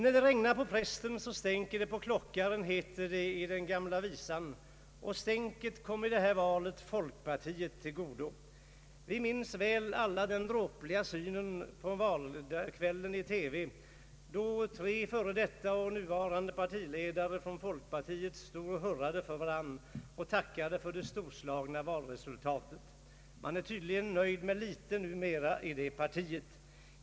När det regnar på prästen så stänker det på klockaren, heter det i den gamla visan, och stänket kom i det här fallet folkpartiet till godo. Vi minns väl alla den dråpliga synen i TV på valkvällen, då tre före detta och nuvarande partiledare från folkpartiet stod och hurrade för varandra och tackade för det storslagna valresultatet. Man är tydligen nöjd med litet numera i det partiet.